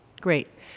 great